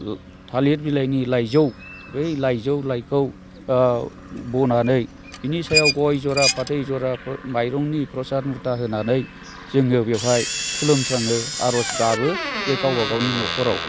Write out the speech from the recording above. थालिर बिलाइनि लाइजौ बै लाइजौ लाइखौ बनानै बिनि सायाव गय जरा फाथै जरा माइरंनि प्रसाद मुथा होनानै जोङो बेवहाय खुलुमस्राङो आर'ज गाबो बे गावबागावनि न'खराव